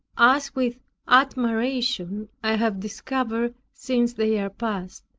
as with admiration i have discovered since they are past.